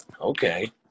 Okay